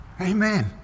Amen